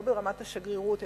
ולא ברמת השגרירות,